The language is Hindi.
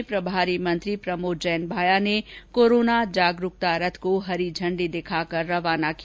सिरोही में प्रभारी मंत्री प्रमोद जैन भाया ने कोरोना जागरूकता रथ को हरी झंडी दिखाकर रवाना किया